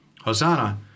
Hosanna